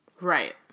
Right